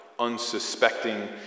unsuspecting